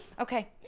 Okay